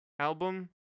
Album